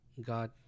God